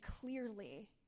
clearly